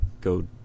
go